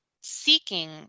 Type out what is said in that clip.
seeking